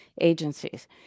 agencies